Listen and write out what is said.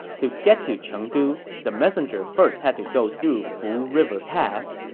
to get to chengdu, the messenger first had to go through fu river pass.